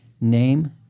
Name